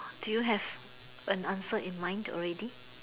do you have an answer in mind already